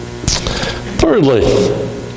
Thirdly